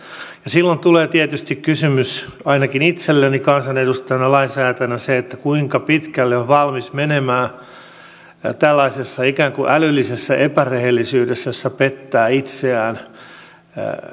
ja silloin tulee tietysti kysymys ainakin itselleni kansanedustajana lainsäätäjänä kuinka pitkälle on valmis menemään tällaisessa ikään kuin älyllisessä epärehellisyydessä jossa pettää itseään